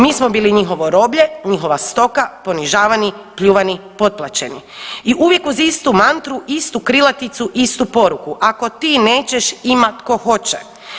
Mi smo bili njihovo roblje, njihova stoka, ponižavani, pljuvani, potplaćeni i uvijek uz istu mantru, istu krilaticu, istu poruku, ako ti nećeš, ima tko hoće.